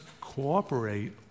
cooperate